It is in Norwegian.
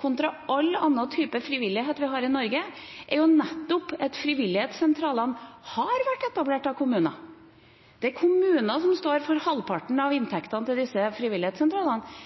kontra all annen frivillighet i Norge, er det at frivilligsentralene har vært etablert av kommunene. Det er kommunene som står for halvparten av inntektene til